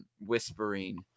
whispering